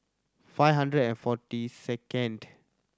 five hundred and forty second